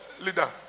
leader